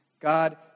God